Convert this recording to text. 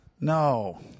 No